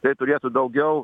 tai turėtų daugiau